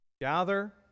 gather